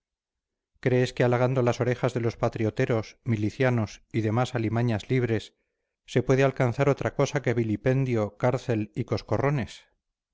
crees que halagando las orejas de los patrioteros milicianos y demás alimañas libres se puede alcanzar otra cosa que vilipendio cárcel y coscorrones